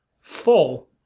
full